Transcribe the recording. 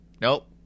nope